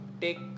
take